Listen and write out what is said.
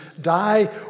die